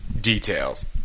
details